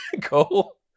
cool